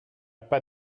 pas